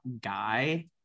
guy